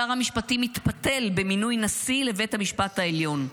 שר המשפטים מתפתל במינוי נשיא לבית המשפט העליון.